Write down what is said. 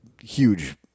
huge